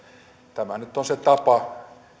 tämä nyt on se tapa